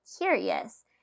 curious